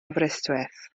aberystwyth